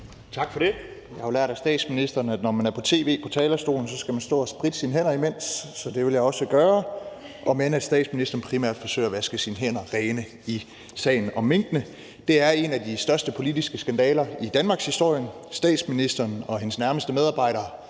Tak for det. Jeg har jo lært af statsministeren, at når man er i tv på talerstolen, skal man stå og spritte sine hænder imens, så det vil jeg også gøre, omend statsministeren primært forsøger at vaske sine hænder rene i sagen om minkene, der er en af de største politiske skandaler i danmarkshistorien. Statsministeren og hendes nærmeste medarbejdere